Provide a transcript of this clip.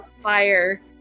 fire